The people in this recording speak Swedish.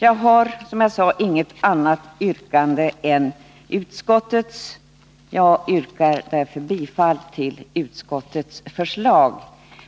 Jag har, som jag sade, inget annat yrkande än utskottets. Jag yrkar därför bifall till utskottets hemställan,